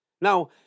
Now